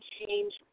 change